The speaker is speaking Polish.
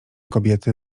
kobiety